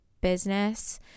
business